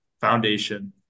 foundation